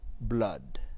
blood